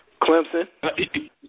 Clemson